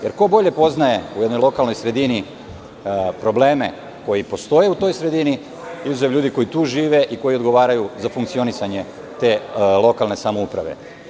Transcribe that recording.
Jer, ko bolje poznaje u jednoj lokalnoj sredini probleme koji postoje u toj sredini nego ljudi koji tu žive i koji odgovaraju za funkcionisanje te lokalne samouprave.